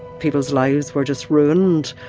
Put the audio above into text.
people's lives were just ruined,